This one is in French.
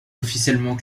officiellement